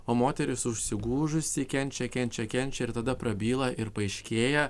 o moteris užsigūžusi kenčia kenčia kenčia ir tada prabyla ir paaiškėja